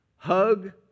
Hug